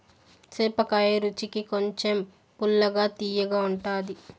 సేపకాయ రుచికి కొంచెం పుల్లగా, తియ్యగా ఉంటాది